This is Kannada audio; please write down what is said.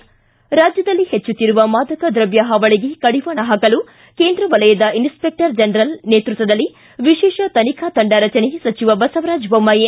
ಿ ರಾಜ್ಯದಲ್ಲಿ ಹೆಚ್ಚುತ್ತಿರುವ ಮಾದಕ ದ್ರವ್ಯ ಹಾವಳಿಗೆ ಕಡಿವಾಣ ಹಾಕಲು ಕೇಂದ್ರ ವಲಯದ ಇನ್ಸೆಪೆಕ್ಟರ್ ಜನರಲ್ ನೇತೃತ್ವದಲ್ಲಿ ವಿಶೇಷ ತನಿಖಾ ತಂಡ ರಚನೆ ಸಚಿವ ಬಸವರಾಜ ಬೊಮ್ಡಾಯಿ